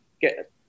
get